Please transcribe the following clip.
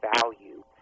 value